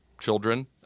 children